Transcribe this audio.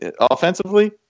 offensively